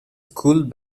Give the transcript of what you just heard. cooled